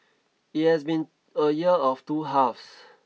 it has been a year of two halves